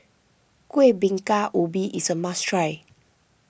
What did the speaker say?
Kuih Bingka Ubi is a must try